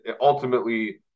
ultimately